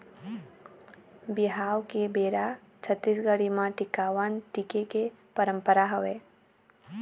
बिहाव के बेरा छत्तीसगढ़ म टिकावन टिके के पंरपरा हवय